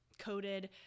coated